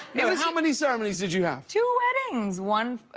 you know how many ceremonies did you have? two weddings. one